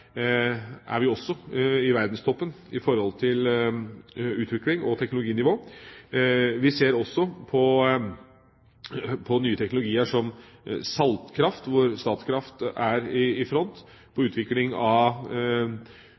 er vi også i verdenstoppen når det gjelder utvikling og teknologinivå. Vi ser også på nye teknologier, som saltkraft – hvor Statkraft er i front – og på utvikling av